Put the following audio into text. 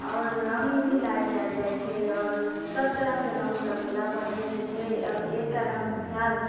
आओर रंग मे भी लाइट आबि जाइ छै आओर सब तरह के रंग लगेला पर भी जे छै आब एकटा रंग सुखायल